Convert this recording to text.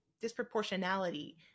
disproportionality